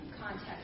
context